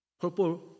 Purple